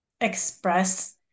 express